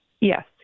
Yes